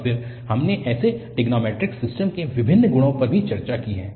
और फिर हमने ऐसे ट्रिग्नोंमैट्रिक सिस्टम के विभिन्न गुणों पर भी चर्चा की है